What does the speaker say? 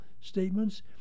statements